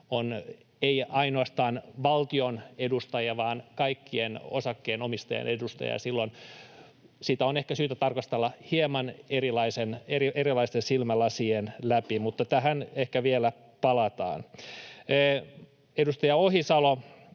on, ei ainoastaan valtion edustaja, vaan kaikkien osakkeenomistajien edustaja silloin. Sitä on ehkä syytä tarkastella hieman erilaisten silmälasien läpi. Mutta tähän ehkä vielä palataan. Edustaja Ohisalo